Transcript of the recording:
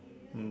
mm